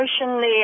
emotionally